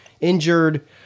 injured